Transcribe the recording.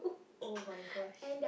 !oh-my-gosh!